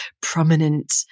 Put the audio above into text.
prominent